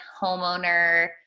homeowner